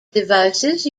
devices